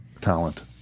talent